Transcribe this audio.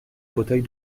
fauteuil